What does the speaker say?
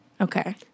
Okay